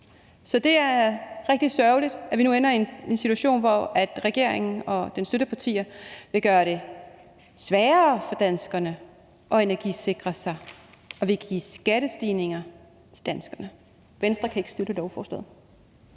Så det er rigtig sørgeligt, at vi nu ender i en situation, hvor regeringen og dens støttepartier vil gøre det sværere for danskerne at energisikre sig og i stedet vil give skattestigninger til danskerne. Venstre kan ikke støtte lovforslaget.